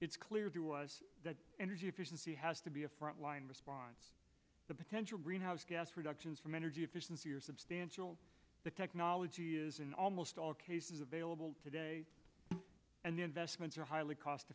it's clear to us that energy efficiency has to be a front line response the potential greenhouse gas reductions from energy efficiency are substantial the technology is in almost all cases available today and the investments are highly cost